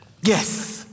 Yes